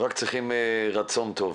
רק צריכים רצון טוב.